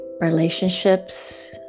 relationships